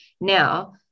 Now